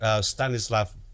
Stanislav